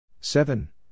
Seven